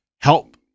help